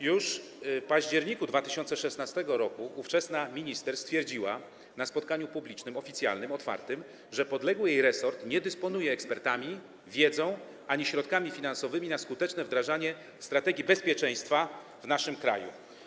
Już w październiku 2016 r. ówczesna minister stwierdziła na spotkaniu publicznym, oficjalnym, otwartym, że podległy jej resort nie dysponuje ekspertami, wiedzą ani środkami finansowymi na skuteczne wdrażanie strategii bezpieczeństwa w naszym kraju.